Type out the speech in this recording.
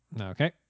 Okay